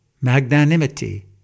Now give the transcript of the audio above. magnanimity